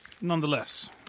Nonetheless